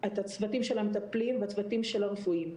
של המטפלים ואת הצוותים הרפואיים.